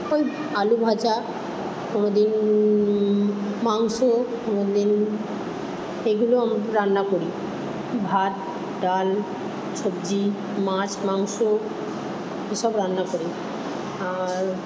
ওই আলু ভাজা কোনোদিন মাংস কোনোদিন এগুলো আমি রান্না করি ভাত ডাল সবজি মাছ মাংস এসব রান্না করি আর